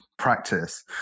practice